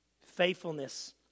Faithfulness